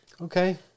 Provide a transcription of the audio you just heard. Okay